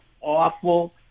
awful